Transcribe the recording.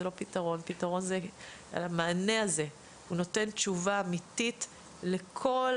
זה לא פתרון הוא נותן תשובה אמיתית לכל